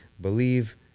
Believe